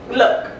look